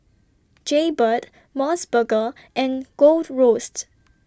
Jaybird Mos Burger and Gold Roast